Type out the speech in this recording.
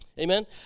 Amen